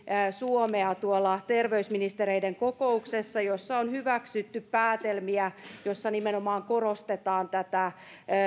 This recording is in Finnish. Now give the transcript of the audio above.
suomea tuolla terveysministereiden kokouksessa jossa on hyväksytty päätelmiä joissa nimenomaan korostetaan tätä